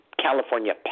california